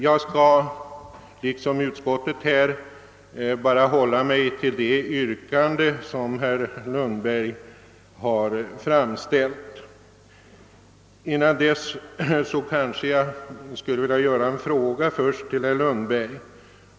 Jag skall liksom utskottet hålla mig bara till det yrkande som herr Lundberg har framställt, men innan jag kommer in på det skulle jag vilja ställa en fråga till herr Lundberg.